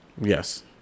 Yes